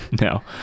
No